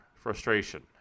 frustration